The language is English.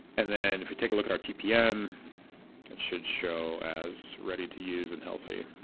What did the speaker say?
and then if we take a look at our tpm it should show as ready to use and healthy